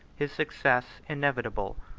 his success inevitable.